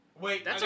Wait